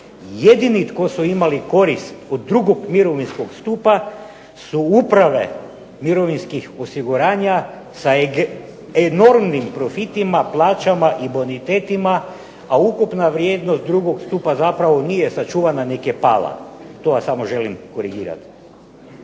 jedini koji su imali korist od drugog mirovinskog stupa su uprave mirovinskih osiguranja sa enormnim profitima, plaćama i bonitetima, a ukupna vrijednost drugog stupa zapravo nije sačuvana nego je pala. To vam samo želim korigirat.